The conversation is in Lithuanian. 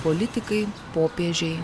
politikai popiežiai